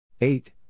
Eight